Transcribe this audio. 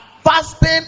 fasting